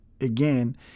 Again